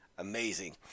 amazing